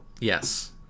Yes